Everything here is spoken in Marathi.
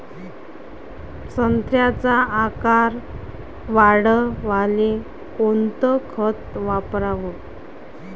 संत्र्याचा आकार वाढवाले कोणतं खत वापराव?